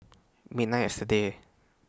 midnight yesterday